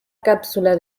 cápsula